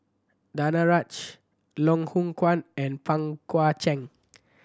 Danaraj Loh Hoong Kwan and Pang Guek Cheng